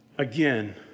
Again